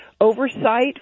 oversight